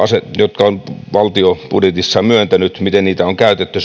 jotka valtio on budjetissaan myöntänyt on käytetty